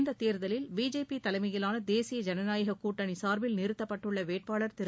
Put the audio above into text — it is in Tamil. இந்தத் தேர்தலில் பிஜேபி தலைமையிலான தேசிய ஜனநாயக கூட்டணி சார்பில் நிறுத்தப்பட்டுள்ள வேட்பாளர் திரு